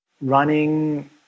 Running